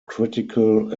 critical